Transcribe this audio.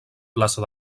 plaça